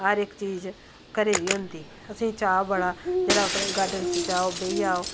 हर इक चीज घरै दी होंदी असेंगी चाऽ बड़ा फिर अपने गार्डन च जाओ बेही जाओ